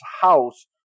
house